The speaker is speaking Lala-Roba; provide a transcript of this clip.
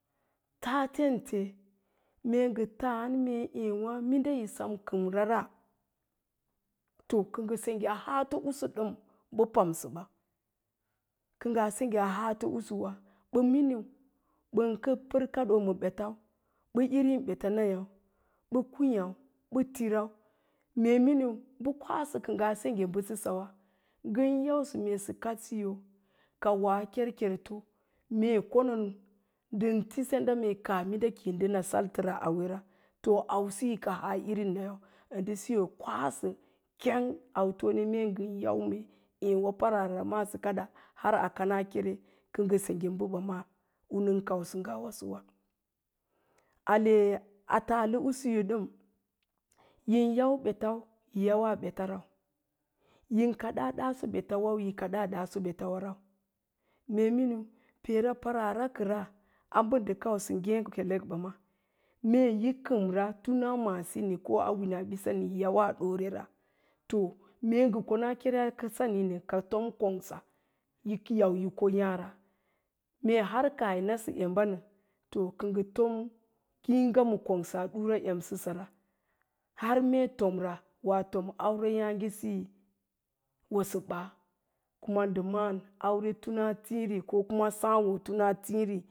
Tatente mee ngə taan mee ééwá minɗa yi sem kəmrara, to kə ngə sengge a haato'usu ɗəm bə pamsəɓa. Kə ngaa sengge a haato'usu wa miniu ɓən kərkaɗoo ma betau? Noə irin ɓets nayáu bə kwííyáu, ɓə tirau, mee miniu bə kwasə ka'ngaa sengge bə səsəwa, ngən yausə mee sə kadsiyo ka woa kerkerto mee ngə konon ngən ti senta minda kaah ki yi ngə na saltəra auwera ansiyi ka haa irin nayáu a ndə siyo kwasə keng autone me ngə yau mee paraara maa mee sə kadə har a kanaa kere kə ngə sengge bəɓamaa u nən kausə ngawasoɓa ale a taalə usuyo ɗam yin yau ɓetau, yi yawaa ɓeta rau, yin kadaa ɗaaso ɓeawau, yi kaɗaa ɗaasa ɓetswarau, mee miniu peera paraara kəra a mbə ndə kausə ngékelekbəmaa mee yi kəmra this a maasiní ko a winaɓisani yi yawaa ɗoora to, mee ngə konaro keren a saniin ka tom kongsa yi yau yi ko yáára, mee har kaah yi nasə emba nə, kə ngə, tom ngiiga ma kongsa a ɗura ma amsəsara, har mee tomra kaa tom aureyáágesiyi wosə baa, wá ndə ma'án aure this a tííri ko kuma dááwo thin a thííri